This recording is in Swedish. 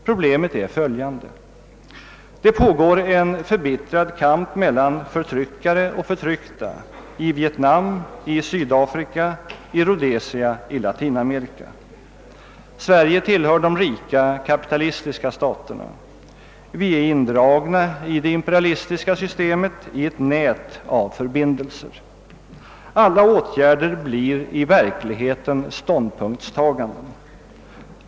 Problemet är följande: Det pågår en förbittrad kamp mellan förtryckare och förtryckta, i Vietnam, i Sydafrika, i Rhodesia, i Latinamerika. Sverige tillhör de rika kapitalistiska staterna. Vi är indragna i det imperialistiska systemet, i ett nät av förbindelser. Alla åtgärder blir i verkligheten ståndpunktstaganden.